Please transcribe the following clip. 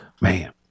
Man